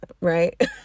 right